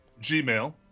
Gmail